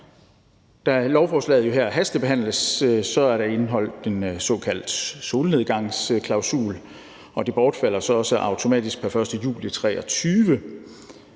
Da lovforslaget her jo hastebehandles, er der indeholdt en såkaldt solnedgangsklausul, og det bortfalder så også automatisk pr. 1. juli 2023